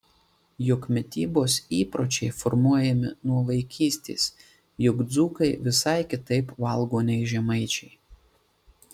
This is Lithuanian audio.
juk mitybos įpročiai formuojami nuo vaikystės juk dzūkai visai kitaip valgo nei žemaičiai